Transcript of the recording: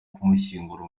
kumushyingura